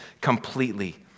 completely